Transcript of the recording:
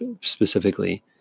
specifically